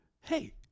hey